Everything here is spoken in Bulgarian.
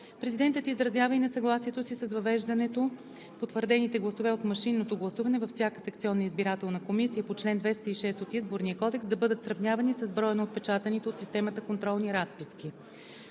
Президентът изразява и несъгласието си с въвеждането потвърдените гласове от машинното гласуване във всяка секционна избирателна комисия по чл. 206 от Изборния кодекс да бъдат сравнявани с броя на отпечатаните от системата контролни разписки.